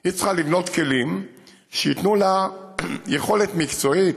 היא צריכה לבנות כלים שייתנו לה יכולת מקצועית,